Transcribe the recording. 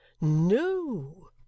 No